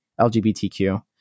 LGBTQ